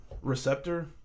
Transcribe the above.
receptor